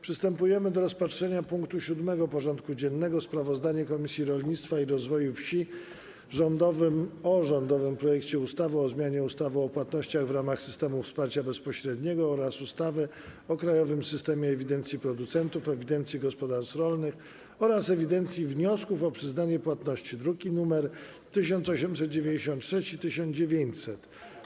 Przystępujemy do rozpatrzenia punktu 7. porządku dziennego: Sprawozdanie Komisji Rolnictwa i Rozwoju Wsi o rządowym projekcie ustawy o zmianie ustawy o płatnościach w ramach systemów wsparcia bezpośredniego oraz ustawy o krajowym systemie ewidencji producentów, ewidencji gospodarstw rolnych oraz ewidencji wniosków o przyznanie płatności (druki nr 1896 i 1900)